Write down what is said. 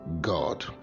God